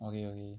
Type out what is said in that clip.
okay okay